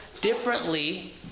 differently